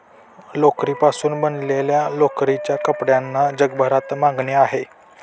लोकरीपासून बनवलेल्या लोकरीच्या कपड्यांना जगभरात मागणी आहे